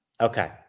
Okay